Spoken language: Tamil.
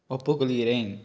ஒப்புக் கொள்கிறேன்